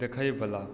देखयवला